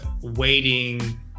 waiting